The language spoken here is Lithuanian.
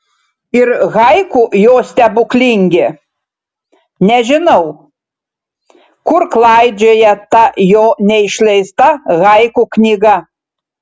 ir haiku jo stebuklingi nežinau kur klaidžioja ta jo neišleista haiku knyga